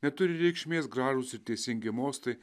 neturi reikšmės gražūs ir teisingi mostai